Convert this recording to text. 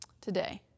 today